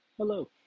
Hello